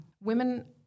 Women